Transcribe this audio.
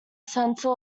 center